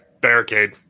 barricade